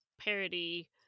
parody